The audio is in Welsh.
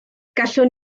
gallwn